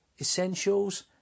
Essentials